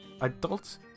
Adults